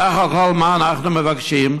בסך הכול, מה אנחנו מבקשים?